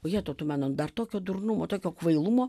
o jetau tu mano dar tokio durnumo tokio kvailumo